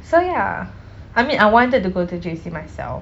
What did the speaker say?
so ya I mean I wanted to go to J_C myself